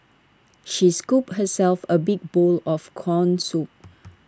she scooped herself A big bowl of Corn Soup